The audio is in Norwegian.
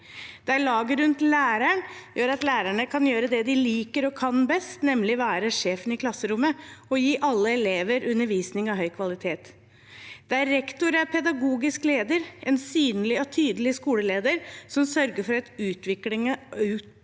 der laget rundt læreren gjør at lærerne kan gjøre det de liker og kan best, nemlig være sjefen i klasserommet og gi alle elever undervisning av høy kvalitet, der rektor er pedagogisk leder, en synlig og tydelig skoleleder som sørger for et utviklende og